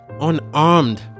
Unarmed